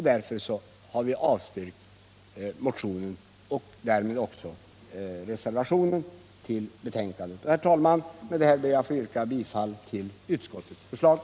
Därför har vi avstyrkt motionen på denna punkt. Herr talman! Med detta ber jag få yrka bifall till utskottets hemställan.